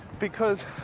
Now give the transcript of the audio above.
because